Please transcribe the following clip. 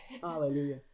Hallelujah